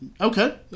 Okay